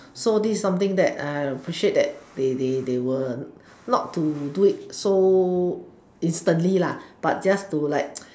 so this is something that I will appreciate that they they they will not to do it so instantly but just to like